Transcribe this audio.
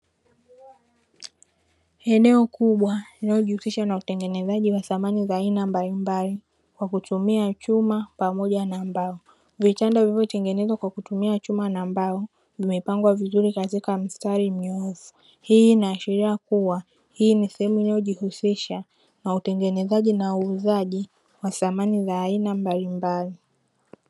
Eneo kubwa linalojihusisha na utengenezaji wa samani za aina mbalimbali kwa kutumia chuma pamoja na mbao, vitanda vilivyotengenezwa kwa kutumia chuma na mbao vimepangwa vizuri katika mstari mnyoofu. Hii inaashiria kuwa hii ni sehemu inayojihusisha na utengenezaji na uuzaji wa samani za aina mbalimbali.